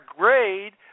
grade